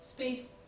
Space